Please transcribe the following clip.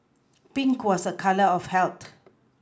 Pink was a colour of health